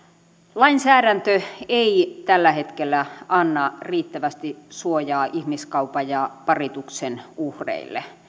lainsäädäntö ei tällä hetkellä anna riittävästi suojaa ihmiskaupan ja parituksen uhreille